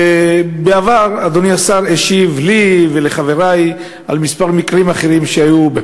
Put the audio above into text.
בעבר אדוני השר השיב לי ולחברי על כמה מקרים אחרים שהיו,